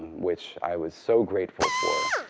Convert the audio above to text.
which i was so grateful for,